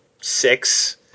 six